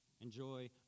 enjoy